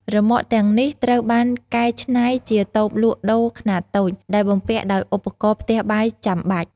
រ៉ឺម៉កទាំងនេះត្រូវបានកែច្នៃជាតូបលក់ដូរខ្នាតតូច ដែលបំពាក់ដោយឧបករណ៍ផ្ទះបាយចាំបាច់។